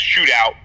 shootout